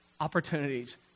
Opportunities